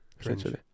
essentially